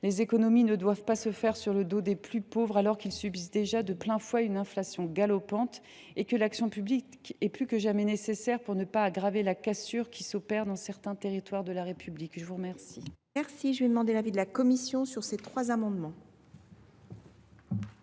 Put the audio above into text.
Les économies ne doivent pas se faire sur le dos des plus pauvres, alors qu’ils subissent déjà de plein fouet une inflation galopante et que l’action publique est plus que jamais nécessaire pour ne pas aggraver la cassure qui s’opère dans certains territoires de la République. Quel est l’avis de la commission ? La commission émet